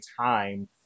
time